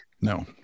No